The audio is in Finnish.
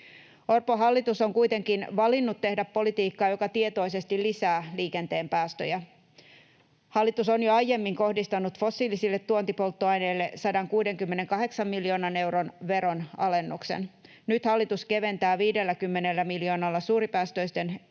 Orpon hallitus on kuitenkin valinnut tehdä politiikkaa, joka tietoisesti lisää liikenteen päästöjä. Hallitus on jo aiemmin kohdistanut fossiilisille tuontipolttoaineille 168 miljoonan euron veronalennuksen. Nyt hallitus keventää 50 miljoonalla suuripäästöisten autojen